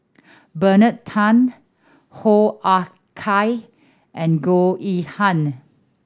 Bernard Tan Hoo Ah Kay and Goh Yihan